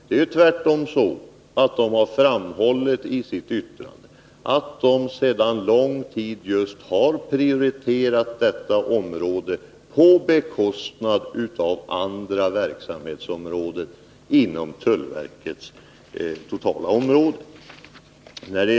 Det är tvärtom så att generaltullstyrelsen har framhållit i sitt yttrande att man sedan lång tid tillbaka har prioriterat detta område på bekostnad av andra verksamheter inom tullverkets totala verksamhetsområde.